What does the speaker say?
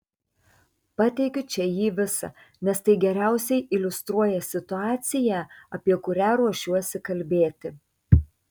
pateikiu čia jį visą nes tai geriausiai iliustruoja situaciją apie kurią ruošiuosi kalbėti